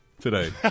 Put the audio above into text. today